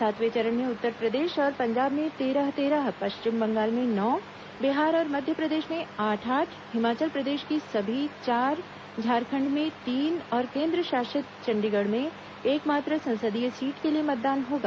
सातवें चरण में उत्तर प्रदेश और पंजाब में तेरह तेरह पश्चिम बंगाल में नौ बिहार और मध्य प्रदेश में आठ आठ हिमाचल प्रदेश की सभी चार झारखण्ड में तीन और केन्द्रशासित चंडीगढ़ में एकमात्र संसदीय सीट के लिए मतदान होगा